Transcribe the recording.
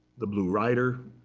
the blue rider,